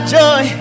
joy